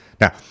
Now